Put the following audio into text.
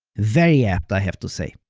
very apt, i have to say.